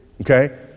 okay